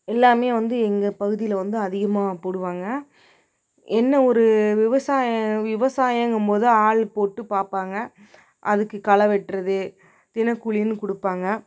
எல்லாமே வந்து எங்க பகுதியில் வந்து அதிகமாக போடுவாங்க என்ன ஒரு விவசாயம் விவசாயங்கும்போது ஆள் போட்டு பார்ப்பாங்க அதுக்கு களை வெட்டறது தினக்கூலின்னு கொடுப்பாங்க